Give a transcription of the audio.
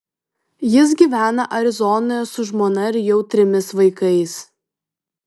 jis gyvena arizonoje su žmona ir jau trimis vaikais